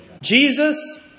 Jesus